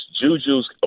Juju's